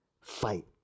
Fight